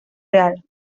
real